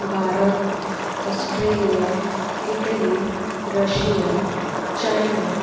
Bharat Australia Italy Russia चाीन